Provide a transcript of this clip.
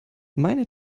meine